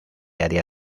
área